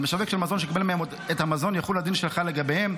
על משווק של מזון שקיבל מהם את המזון יחול הדין שחל לגביהם,